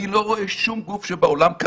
אני לא רואה שום גוף שקיים